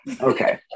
Okay